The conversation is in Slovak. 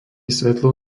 svetlo